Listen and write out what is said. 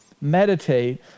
Meditate